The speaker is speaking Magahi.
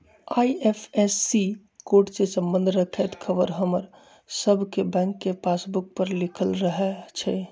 आई.एफ.एस.सी कोड से संबंध रखैत ख़बर हमर सभके बैंक के पासबुक पर लिखल रहै छइ